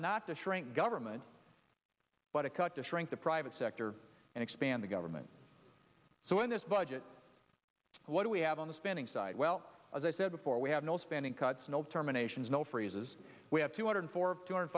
cut not to shrink government but a cut to shrink the private sector and expand the government so in this budget what do we have on the spending side well as i said before we have no spending cuts no terminations no freezes we have two hundred four two hundred